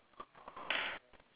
okay